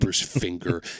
finger